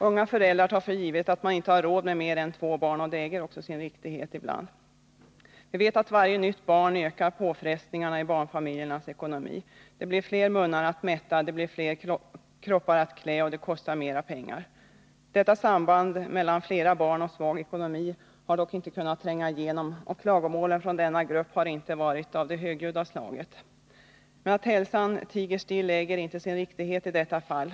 Unga föräldrar tar för givet att man inte har råd med mer än två barn, och det äger också sin riktighet ibland. Vi vet att varje nytt barn ökar påfrestningarna på barnfamiljernas ekonomi. Det blir fler munnar att mätta, det blir fler kroppar att klä, och det kostar mera pengar. Detta samband mellan flera barn och svag ekonomi har dock inte kunnat tränga igenom, och klagomålen från denna grupp har inte varit av det högljudda slaget. Men att hälsan tiger still äger inte sin riktighet i detta fall.